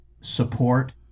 support